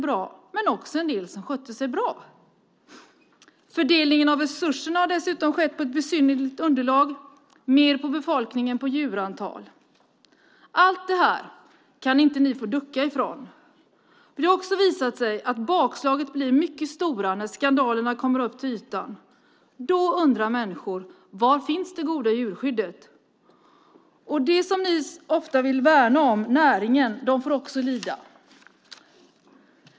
Men det var också en del som skötte sig bra. Fördelningen av resurserna har dessutom skett på ett besynnerligt underlag. Det har handlat mer om befolkning än om djurantal. Inför allt det här kan ni inte ducka. Det har också visat sig att bakslagen blir mycket stora när skandalerna kommer upp till ytan. Då undrar människor: Var finns det goda djurskyddet? Näringen, som ni ofta vill värna om, får också lida.